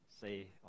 say